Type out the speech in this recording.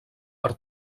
per